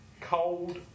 Cold